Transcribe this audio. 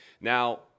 Now